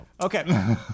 Okay